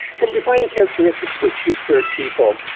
some defining characteristics for two-spirit people.